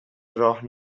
راه